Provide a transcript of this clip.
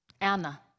Anna